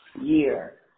year